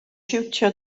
siwtio